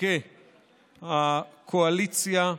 חלקי הקואליציה לדון,